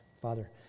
Father